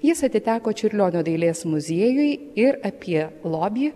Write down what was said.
jis atiteko čiurlionio dailės muziejui ir apie lobį